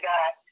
God